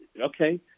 Okay